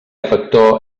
factor